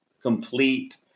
complete